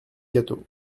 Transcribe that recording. gâteau